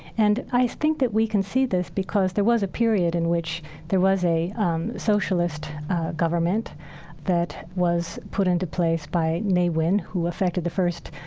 and i think that we can see this because there was a period in which there was a um socialist government that was put into place by ne win, who effected the first,